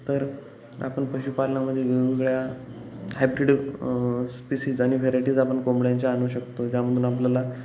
तर आपण पशुपालनामध्ये वेगवेगळ्या हायब्रिड स्पीसीज आणि व्हेरायटीज आपण कोंबड्यांच्या आणू शकतो ज्यामधून आपल्याला